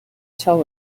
tell